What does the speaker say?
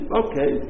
okay